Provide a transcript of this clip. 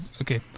okay